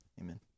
amen